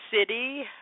city